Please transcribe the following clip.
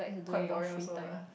quite boring also lah